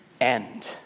end